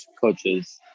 coaches